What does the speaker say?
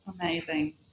Amazing